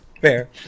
fair